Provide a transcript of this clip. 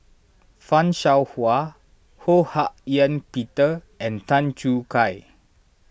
Fan Shao Hua Ho Hak Ean Peter and Tan Choo Kai